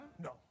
No